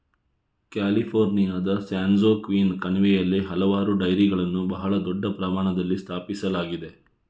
ಕ್ಯಾಲಿಫೋರ್ನಿಯಾದ ಸ್ಯಾನ್ಜೋಕ್ವಿನ್ ಕಣಿವೆಯಲ್ಲಿ ಹಲವಾರು ಡೈರಿಗಳನ್ನು ಬಹಳ ದೊಡ್ಡ ಪ್ರಮಾಣದಲ್ಲಿ ಸ್ಥಾಪಿಸಲಾಗಿದೆ